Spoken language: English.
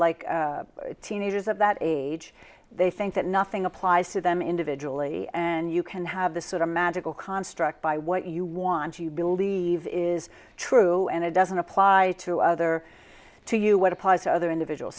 like teenagers at that age they think that nothing applies to them individually and you can have this sort of magical construct by what you want to believe is true and it doesn't apply to other to you what applies to other individuals